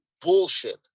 bullshit